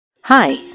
Hi